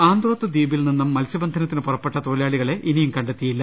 ആന്ത്രോത്ത് ദീപിൽ നിന്നും മത്സ്യബന്ധനത്തിന് പുറപ്പെട്ട തൊഴിലാളികളെ ഇനിയും കണ്ടെത്തിയില്ല